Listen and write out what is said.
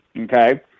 okay